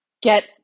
get